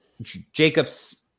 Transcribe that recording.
Jacobs